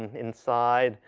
inside.